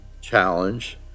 challenge